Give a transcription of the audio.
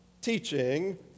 teaching